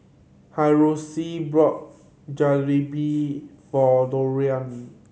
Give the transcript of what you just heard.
Hiroshi bought Jalebi for Dorian